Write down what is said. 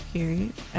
Period